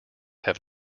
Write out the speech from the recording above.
have